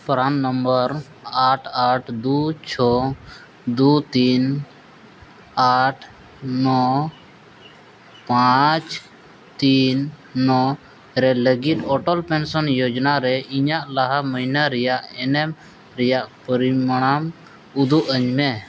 ᱯᱨᱟᱱ number ᱟᱴ ᱟᱴ ᱫᱩ ᱪᱷᱚ ᱫᱩ ᱛᱤᱱ ᱟᱴ ᱱᱚ ᱯᱟᱸᱪ ᱛᱤᱱ ᱱᱚ ᱨᱮ ᱞᱟᱹᱜᱤᱫ ᱚᱴᱚᱞ ᱯᱮᱱᱥᱚᱱ ᱡᱳᱡᱚᱱᱟ ᱨᱮ ᱤᱧᱟᱹᱜ ᱞᱟᱦᱟ ᱢᱟᱹᱭᱱᱟᱹ ᱨᱮᱭᱟᱜ ᱮᱱᱮᱢ ᱨᱮᱭᱟᱜ ᱯᱚᱨᱤᱢᱟᱱ ᱩᱫᱩᱜ ᱟᱹᱧ ᱢᱮ